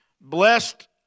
Blessed